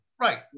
Right